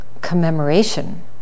commemoration